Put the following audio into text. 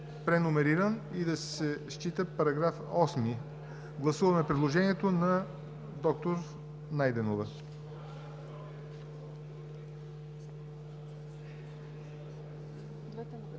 преномериран и да се счита за § 8. Гласуваме предложението на доктор Найденова.